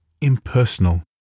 impersonal